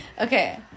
Okay